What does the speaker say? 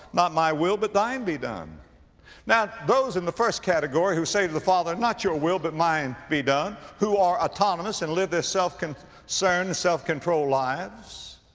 not my will but thine be done now those in the first category who say to the father, not your will but mine be done, who are autonomous and live this self-concerned, so and self-controlled lives